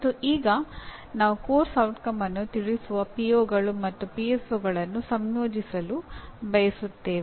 ಮತ್ತು ಈಗ ನಾವು ಪಠ್ಯಕ್ರಮದ ಪರಿಣಾಮವನ್ನು ತಿಳಿಸುವ ಪಿಒಗಳು ಮತ್ತು ಪಿಎಸ್ಒಗಳನ್ನು ಸಂಯೋಜಿಸಲು ಬಯಸುತ್ತೇವೆ